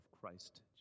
Christ